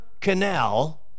Canal